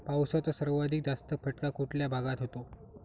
पावसाचा सर्वाधिक जास्त फटका कुठल्या भागात होतो?